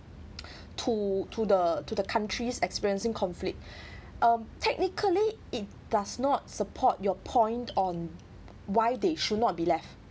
to to the to the countries experiencing conflict um technically it does not support your point on why they should not be left